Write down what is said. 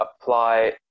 apply